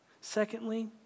Secondly